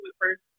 first